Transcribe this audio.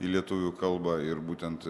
į lietuvių kalbą ir būtent